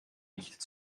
nicht